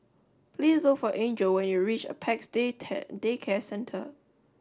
please look for Angel when you reach Apex Day Day Care Centre